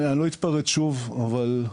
אני לא אתפרץ שוב, אבל,